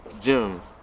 gems